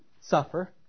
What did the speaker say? suffer